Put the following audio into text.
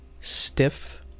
stiff